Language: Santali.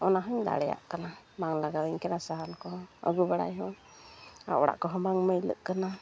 ᱚᱱᱟᱦᱚᱸᱭ ᱫᱟᱲᱮᱭᱟᱜ ᱠᱟᱱᱟ ᱵᱟᱝ ᱞᱟᱜᱟᱣᱤᱧ ᱠᱟᱱᱟ ᱥᱟᱦᱟᱱ ᱠᱚᱦᱚᱸ ᱟᱹᱜᱩ ᱵᱟᱲᱟᱭᱦᱚᱸ ᱚᱲᱟᱜᱠᱚ ᱦᱚᱸ ᱵᱟᱝ ᱢᱟᱹᱭᱞᱟᱹᱜ ᱠᱟᱱᱟ